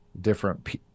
different